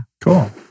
cool